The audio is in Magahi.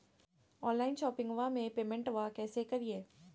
ऑनलाइन शोपिंगबा में पेमेंटबा कैसे करिए?